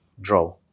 draw